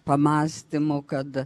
pamąstymų kad